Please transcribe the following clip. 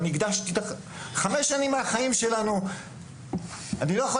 והקדשנו חמש שנים מהחיים שלנו אני לא יכול